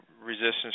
resistance